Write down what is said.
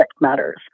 matters